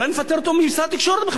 אולי נפטר אותו מתפקיד שר התקשורת,